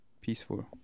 peaceful